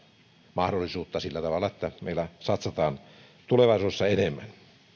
mahdollisuutta sillä tavalla että meillä satsataan tulevaisuudessa enemmän